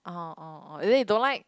(uh huh) orh orh and then you don't like